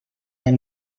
del